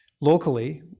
locally